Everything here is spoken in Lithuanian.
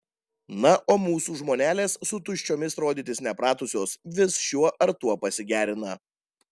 na o mūsų žmonelės su tuščiomis rodytis nepratusios vis šiuo ar tuo pasigerina